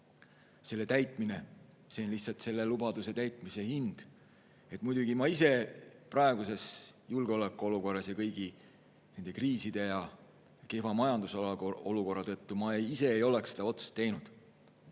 lubadus –, see on lihtsalt selle lubaduse täitmise hind. Muidugi ma ise praeguses julgeolekuolukorras kõigi nende kriiside ja kehva majandusolukorra tõttu ei oleks seda otsust teinud,